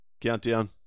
Countdown